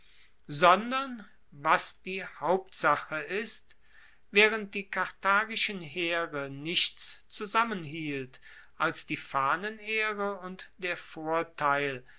sondern was die hauptsache ist waehrend die karthagischen heere nichts zusammenhielt als die fahnenehre und der vorteil